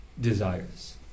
desires